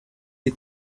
die